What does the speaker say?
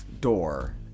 door